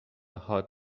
هات